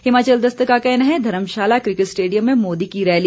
हिमाचल दस्तक का कहना है धर्मशाला क्रिकेट स्टेडियम में मोदी की रैली